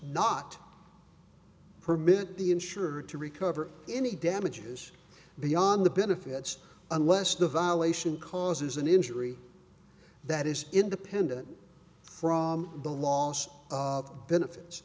not permit the insurer to recover any damages beyond the benefits unless the violation causes an injury that is independent from the loss of benefits